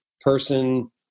person